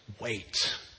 wait